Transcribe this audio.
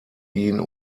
ihn